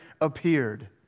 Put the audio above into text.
appeared